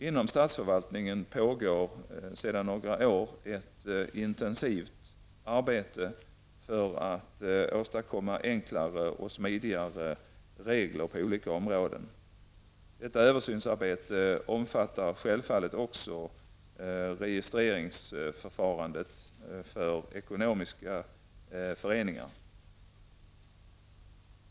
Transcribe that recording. Inom statsförvaltningen pågår sedan några år tillbaka ett intensivt arbete för att åstadkomma enklare och smidigare regler på olika områden. Detta översynsarbete omfattar självfallet också förfarandet i fråga om registrering av ekonomiska föreningar.